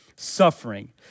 Suffering